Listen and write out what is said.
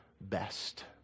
best